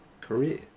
career